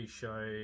show